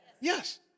Yes